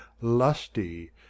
lusty